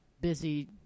busy